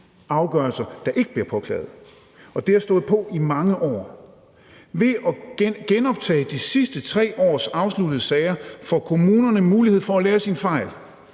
afgørelser, der ikke bliver påklaget, og det har stået på i mange år. Ved at genoptage de sidste 3 års afsluttede sager får kommunerne mulighed for at lære af deres